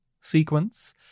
sequence